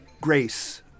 Grace